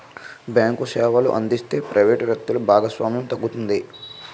bank సేవలు అందిస్తే private వ్యక్తులు భాగస్వామ్యం తగ్గుతుంది